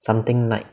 something like